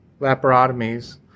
laparotomies